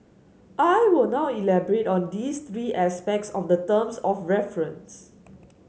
I will now elaborate on these three aspects of the terms of reference